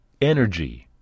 energy